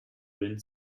wind